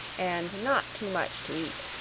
and not too much to eat.